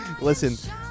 Listen